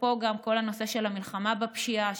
אפרופו כל הנושא של המלחמה בפשיעה,